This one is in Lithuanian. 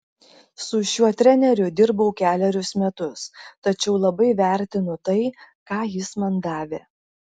su šiuo treneriu dirbau kelerius metus tačiau labai vertinu tai ką jis man davė